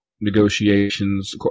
negotiations